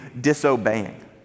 disobeying